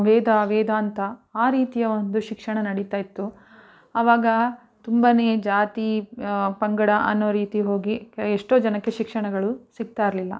ವೇದ ವೇದಾಂತ ಆ ರೀತಿಯ ಒಂದು ಶಿಕ್ಷಣ ನಡೀತಾ ಇತ್ತು ಅವಾಗ ತುಂಬಾ ಜಾತಿ ಪಂಗಡ ಅನ್ನೋ ರೀತಿ ಹೋಗಿ ಎಷ್ಟೋ ಜನಕ್ಕೆ ಶಿಕ್ಷಣಗಳು ಸಿಗ್ತಾಯಿರಲಿಲ್ಲ